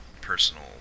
personal